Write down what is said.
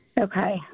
Okay